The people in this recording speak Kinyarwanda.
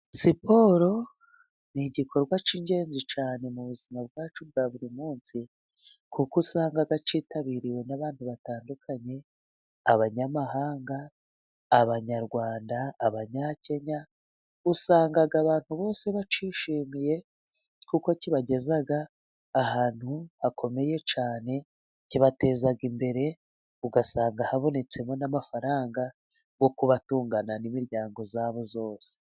Siporo ni igikorwa cy'ingenzi cyane mu buzima bwacu bwa buri munsi kuko usanga cyitabiriwe n'abantu batandukanye ,Abanyamahanga, Abanyarwanda, Abanyakenya usanga abantu bose bacyishimiye kuko kibageza ahantu hakomeye cyane ,kibateza imbere ugasanga habonetsemo n'amafaranga yo kubatungana n'imiryango yabo yose.